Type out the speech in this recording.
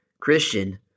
Christian